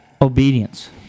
obedience